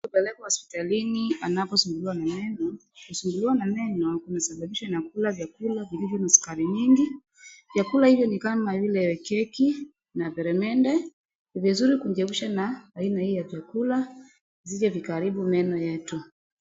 Mtu hupelekwa hospitalini anaposumbuliwa na meno, kusumbuliwa na meno inasababishwa na kula vyakula vya sukari mingi, vyakula hivyo ni kama vile keki na peremende, ni vizuri kujiepusha na aina hiyo ya chakula visje vikaaribu meno yetu.